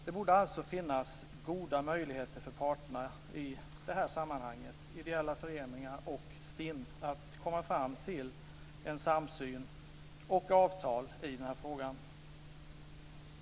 Det borde alltså finnas goda möjligheter för parterna, i detta sammanhang ideella föreningar och STIM, att komma fram till en samsyn och avtal i denna fråga.